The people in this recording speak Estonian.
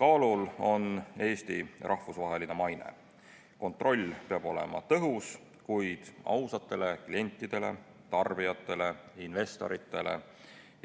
Kaalul on Eesti rahvusvaheline maine. Kontroll peab olema tõhus, kuid ausatele klientidele, tarbijatele, investoritele